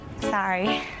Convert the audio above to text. Sorry